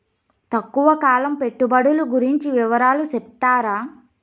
తక్కువ కాలం పెట్టుబడులు గురించి వివరాలు సెప్తారా?